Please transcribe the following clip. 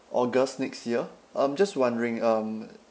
august next year I'm just wondering um